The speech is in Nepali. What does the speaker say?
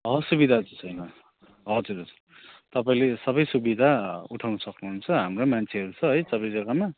असुविदा चाहिँ छैन हजुर हजुर तपाईँले सबै सुविदा उठाउनु सक्नुहुन्छ हाम्रै मान्छेहरू छ है सबै जग्गामा